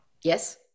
Yes